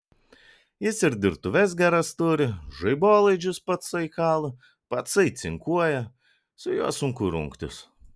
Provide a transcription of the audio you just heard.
jis ir dirbtuves geras turi žaibolaidžius patsai kala patsai cinkuoja su juo sunku rungtis